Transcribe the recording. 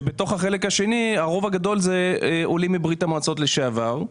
שבתוכם הרוב הגדול זה עולים מברית המועצות לשעבר,